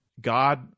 God